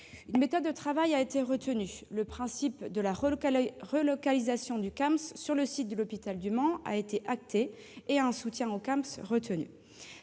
Une méthode de travail a été retenue. Le principe de la relocalisation du Camsp sur le site de l'hôpital du Mans et d'un soutien au Camsp